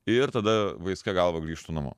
ir tada vaiskia galva grįžtu namo